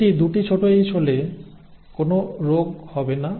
এটি hh হলে কোনও রোগ হবে না